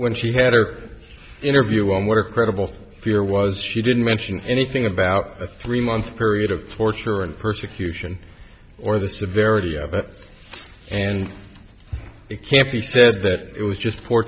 when she had her interview on where credible fear was she didn't mention anything about a three month period of torture and persecution or the severity of it and it can't be said that it was just poor